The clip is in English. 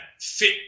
fit